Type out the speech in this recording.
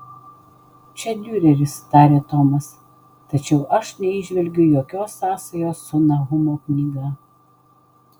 čia diureris tarė tomas tačiau aš neįžvelgiu jokios sąsajos su nahumo knyga